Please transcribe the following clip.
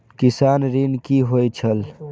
किसान ऋण की होय छल?